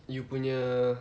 you punya